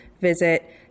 visit